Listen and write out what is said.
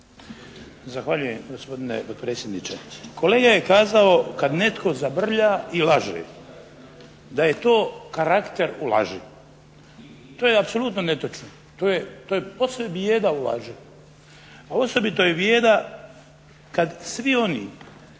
Zahvaljujem gospodine potpredsjedniče. Kolega je kazao kada netko zabrlja i laže, da je to karakter u laži. To je apsolutno netočno. To je posve bijeda u lažima. Osobito je bijeda kada svi oni